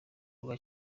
rwa